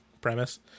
premise